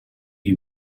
you